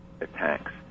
attacks